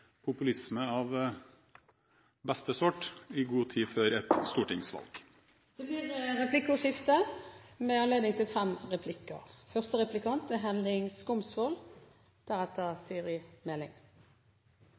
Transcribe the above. populisme av beste sort i god tid før et stortingsvalg. Det blir replikkordskifte. En leser i Dagens Næringsliv at det er